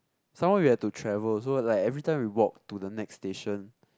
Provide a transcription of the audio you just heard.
some more we had to travel so like every time we walk to the next station